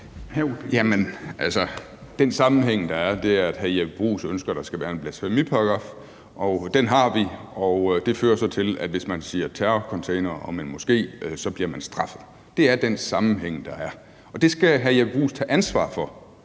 den sammenhæng, der er, er, at hr. Jeppe Bruus ønsker, at der skal være en blasfemiparagraf, og den har vi, og det fører så til, at hvis man siger terrorcontainer om en moské, bliver man straffet. Det er den sammenhæng, der er, og det skal hr. Jeppe Bruus tage ansvar for